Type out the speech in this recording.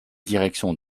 direction